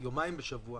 יומיים בשבוע